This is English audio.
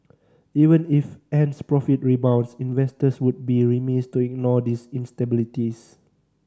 even if Ant's profit rebounds investors would be remiss to ignore these instabilities